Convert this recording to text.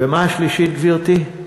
ומה השלישית, גברתי?